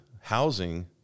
housing